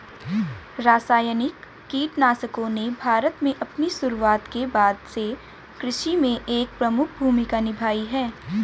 रासायनिक कीटनाशकों ने भारत में अपनी शुरुआत के बाद से कृषि में एक प्रमुख भूमिका निभाई है